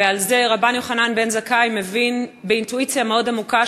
ואת זה רבן יוחנן בן זכאי מבין באינטואיציה מאוד עמוקה,